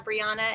Brianna